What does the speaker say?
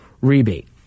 rebate